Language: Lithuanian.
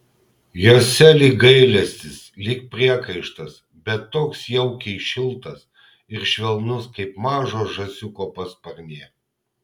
jose lyg gailestis lyg priekaištas bet toks jaukiai šiltas ir švelnus kaip mažo žąsiuko pasparnė